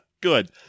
good